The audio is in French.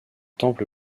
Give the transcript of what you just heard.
temple